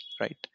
right